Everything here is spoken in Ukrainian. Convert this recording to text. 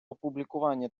опублікування